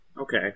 Okay